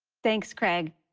thanks, craig.